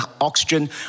oxygen